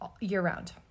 year-round